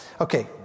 Okay